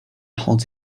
holds